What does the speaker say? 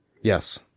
Yes